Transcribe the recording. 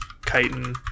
chitin